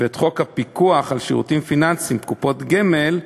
ואת חוק הפיקוח על שירותים פיננסיים (קופות גמל),